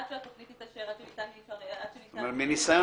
עד שהיא תתאשר- -- אבל מניסיון,